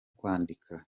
kwandika